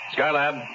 Skylab